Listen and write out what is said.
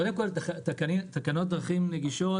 תקנות דרכים נגישות